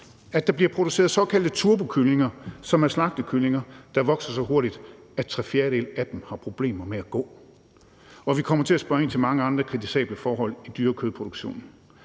at der bliver produceret såkaldte turbokyllinger, som er slagtekyllinger, der vokser så hurtigt, at tre fjerdedele af dem har problemer med at gå – og vi kommer til at spørge ind til mange andre kritisable forhold i dyrekødproduktionen